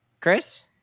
Chris